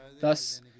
Thus